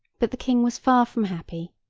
but, the king was far from happy,